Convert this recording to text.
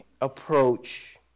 approach